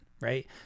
right